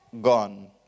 gone